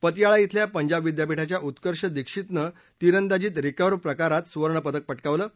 पतियाला बेल्या पंजाब विद्यापीठाच्या उत्कर्ष दिक्षितनं तिरंदाजीत रिकव्ह प्रकारात सुवर्ण पदक पटकावलं आहे